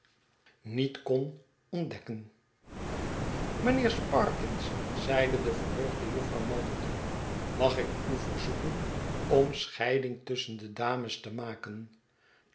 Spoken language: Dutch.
niet kon ontdekken mijnheer sparkins zeide de verheugde jufvrouw malderton mag ik u verzoeken om scheiding tusschen de dames te maken